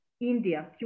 India